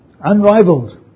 Unrivaled